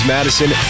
Madison